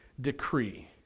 decree